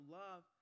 love